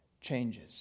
changes